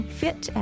fit